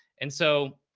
and so.